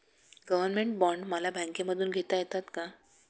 Government bond मला बँकेमधून घेता येतात का?